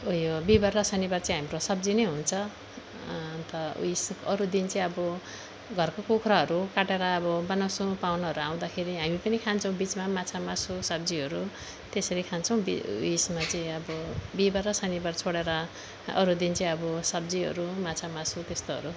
ऊ यो बिहीबार र शनिबार चाहिँ हाम्रो सब्जी नै हुन्छ अन्त उयस अरू दिन चाहिँ अब घरको कुखुराहरू काटेर अब बनाउँछौँ पाहुनाहरू आउँदाखेरि हामी पनि खान्छौँ बिचमा माछा मासु सब्जीहरू त्यसरी खान्छौँ बि उयसमा चाहिँ अब बिहीबार र शनिबार छोडेर अरू दिन चाहिँ अब सब्जीहरू माछा मासु त्यस्तोहरू